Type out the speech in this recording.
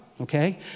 Okay